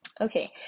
okay